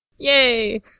Yay